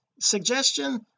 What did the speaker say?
suggestion